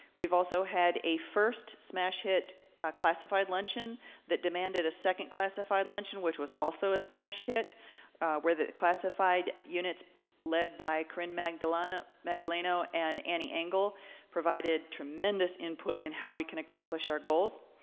we've also had a first smash hit classified luncheon that demanded a second classified luncheon which was also a smash hit where the classified units led by corinne magdaleno magdaleno and annie engel provided tremendous input in how we can accomplish our goals.